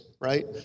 right